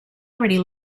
already